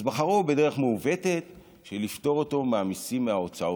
אז בחרו בדרך מעוותת של לפטור אותו מהמיסים על ההוצאות,